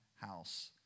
house